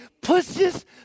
pushes